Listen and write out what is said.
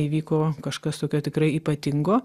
įvyko kažkas tokio tikrai ypatingo